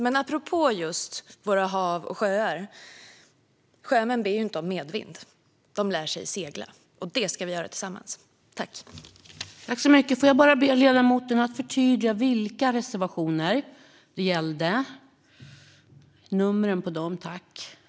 Men apropå just våra hav och sjöar: Sjömän ber ju inte om medvind. De lär sig segla, och det ska vi göra tillsammans. Jag ber att få återkomma om numren på reservationerna.